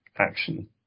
action